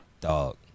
Dog